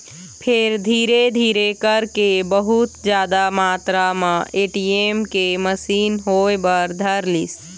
फेर धीरे धीरे करके बहुत जादा मातरा म ए.टी.एम के मसीन होय बर धरलिस